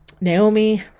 Naomi